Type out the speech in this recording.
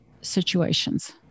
situations